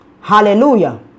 Hallelujah